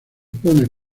opone